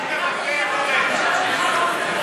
אל תוותר,